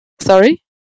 Sorry